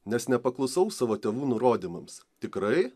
nes nepaklusau savo tėvų nurodymams tikrai